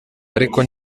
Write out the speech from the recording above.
ariko